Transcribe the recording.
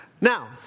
Now